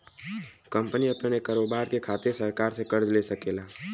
company अपने कारोबार के खातिर सरकार से कर्ज ले सकेला